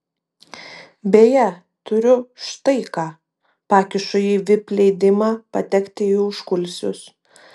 beje turiu štai ką pakišu jai vip leidimą patekti į užkulisius